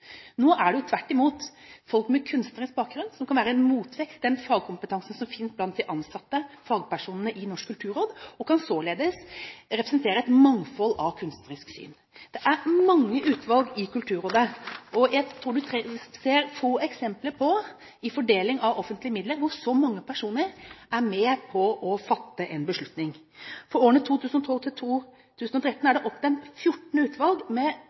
Nå er det tvert imot folk med kunstnerisk bakgrunn, som kan være en motvekt til den fagkompetansen som finnes blant de ansatte fagpersonene i Norsk kulturråd, og de kan således representere et mangfold av kunstneriske syn. Det er mange utvalg i Kulturrådet. Jeg tror det er få eksempler på fordeling av offentlige midler hvor så mange personer er med på å fatte en beslutning. For 2012–2013 er det oppnevnt 14 utvalg med